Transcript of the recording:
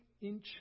inch